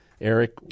Eric